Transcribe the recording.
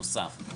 נוסף.